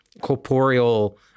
corporeal